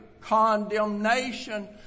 condemnation